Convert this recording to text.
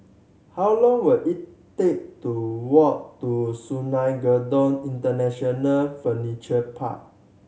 how long will it take to walk to Sungei Kadut International Furniture Park